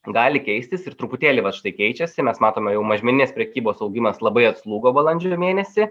gali keistis ir truputėlį va štai keičiasi mes matome jau mažmeninės prekybos augimas labai atslūgo balandžio mėnesį